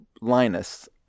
Linus